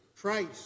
Christ